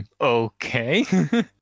okay